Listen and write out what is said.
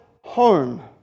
home